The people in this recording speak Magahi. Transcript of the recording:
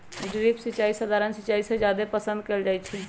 ड्रिप सिंचाई सधारण सिंचाई से जादे पसंद कएल जाई छई